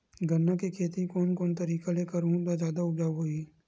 गन्ना के खेती कोन कोन तरीका ले करहु त जादा उपजाऊ होही?